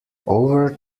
over